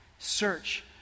search